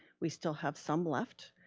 we still have some left.